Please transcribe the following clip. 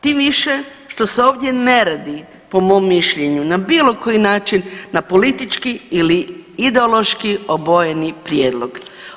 Tim više što se ovdje ne radi po mom mišljenju na bilo koji način na politički ili ideološki obojeni prijedlog.